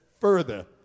further